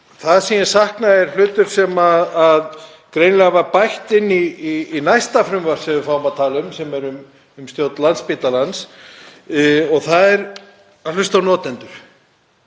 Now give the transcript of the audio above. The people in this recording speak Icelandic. Það sem ég sakna er hlutur sem greinilega var bætt inn í næsta frumvarp sem við fáum að tala um, sem er um stjórn Landspítalans, og það er að hlusta á notendur.